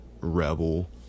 Rebel